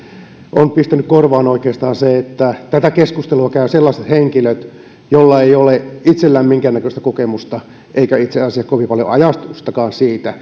on pistänyt korvaan oikeastaan se että tätä keskustelua käyvät sellaiset henkilöt joilla ei ole itsellään minkäännäköistä kokemusta eikä itse asiassa kovin paljon ajatustakaan